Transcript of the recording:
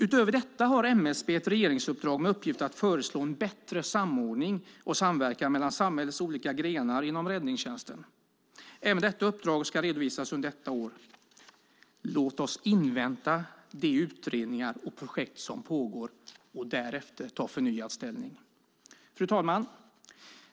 Utöver detta har MSB ett regeringsuppdrag om att föreslå bättre samordning och samverkan mellan samhällets olika grenar inom räddningstjänsten. Även det uppdraget ska redovisas under detta år. Låt oss invänta de utredningar och projekt som pågår och därefter ta förnyad ställning! Fru talman!